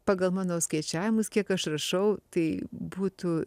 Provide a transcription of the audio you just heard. pagal mano skaičiavimus kiek aš rašau tai būtų